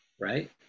right